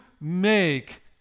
make